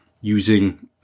using